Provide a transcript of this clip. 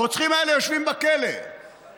הרוצחים האלה יושבים בכלא מ-1980,